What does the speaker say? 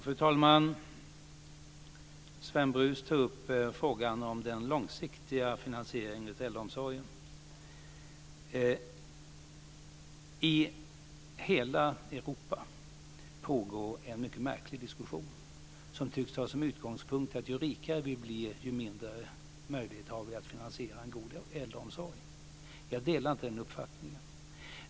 Fru talman! Sven Brus tar upp frågan om den långsiktiga finansieringen av äldreomsorgen. I hela Europa pågår en mycket märklig diskussion som tycks ha som utgångspunkt att ju rikare vi blir desto mindre möjlighet har vi att finansiera en god äldreomsorg. Jag delar inte den uppfattningen.